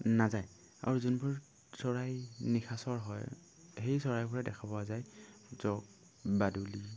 নাযায় আৰু যোনবোৰ চৰাই নিশাচৰ হয় সেই চৰাইবোৰে দেখা পোৱা যায় জক বাদুলি